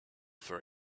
for